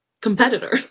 competitor